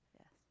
yes